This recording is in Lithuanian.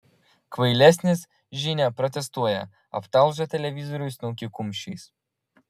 kvailesnis žinia protestuoja aptalžo televizoriui snukį kumščiais